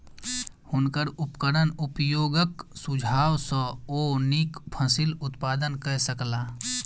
हुनकर उपकरण उपयोगक सुझाव सॅ ओ नीक फसिल उत्पादन कय सकला